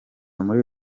muri